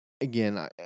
again